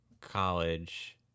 college